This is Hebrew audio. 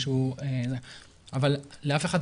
אבל לאף אחד,